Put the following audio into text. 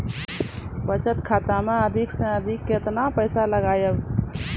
बचत खाता मे अधिक से अधिक केतना पैसा लगाय ब?